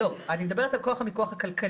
לא, אני מדברת על כוח המיקוח הכלכלי.